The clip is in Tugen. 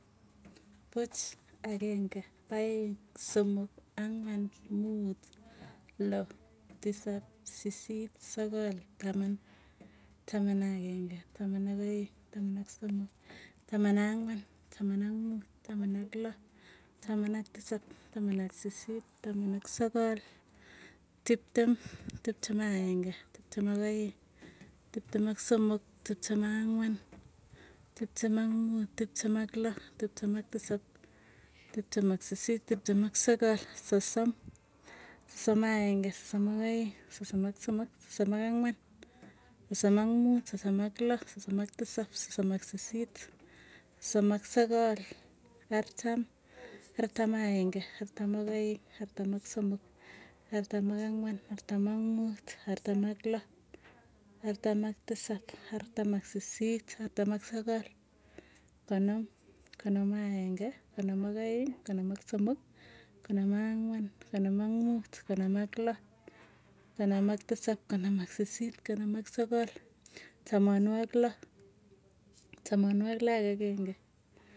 Puch, ageng'e, aeng, somok, angwan, muut, loo, tisap, sisit, sokol, taman, ak ageng'e, ak aeng. ak somok, ak angwan, ak mut, ak loo, ak tisap, ak sisit, ak sokol, tiptem. tiptem ak aenge. tiptem ak aeng tiptem ak somok, tiptem ak angwan, tipptem ak mut. tiptem ak loo, tiptem ak tisap, tiptem ak sisit, tiptem ak sokol, sosom, sosom ak ageng'e sosom ak aeng, sosom ak somok, sosom ak ang'wan, sosom ak mut, sosom ak loo, sosom ak tisap, sosom ak sisit, sosom ak sokol, artam, artam ak agen'ge, artam ak aeng, artam ak somok artam ak angwan, artam ak muut artam ak loo, artam ak tisap, artam ak sisit, artam ak sokol, konom, konom ak ageng'e, konom ak aeng, konom ak somok, konom ak ang'wan, konom ak muut, konoom ak loo, konoom ak tisap, konom ak sisit, konom ak sokol tamanwagik loo, tamanwagik loo ak agenge.